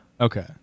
okay